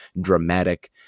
dramatic